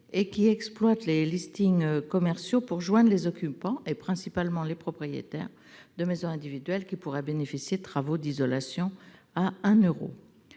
exploitant des listings commerciaux pour joindre les occupants- principalement les propriétaires -de maisons individuelles qui pourraient bénéficier de travaux d'isolation à 1 euro.